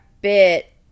bit